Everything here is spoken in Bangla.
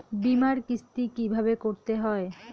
বিমার কিস্তি কিভাবে করতে হয়?